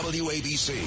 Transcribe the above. wabc